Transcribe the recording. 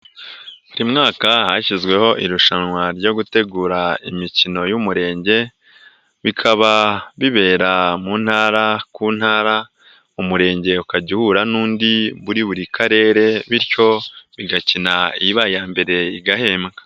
Buri mwaka hashyizweho irushanwa ryo gutegura imikino y'Umurenge bikaba bibera mu Ntara ku Ntara Umurenge ukajya uhura n'undi muri buri Karere bityo bigakina ibaye iya mbere igahembwa.